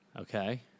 Okay